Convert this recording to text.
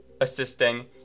assisting